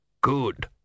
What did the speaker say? good